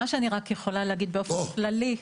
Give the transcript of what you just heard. מה שאני רק יכולה להגיד באופן כללי.